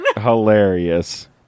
hilarious